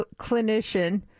clinician